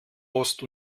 ost